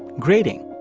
grating.